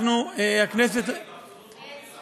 אנחנו, הכנסת, נעצרו?